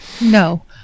no